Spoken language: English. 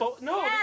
No